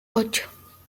ocho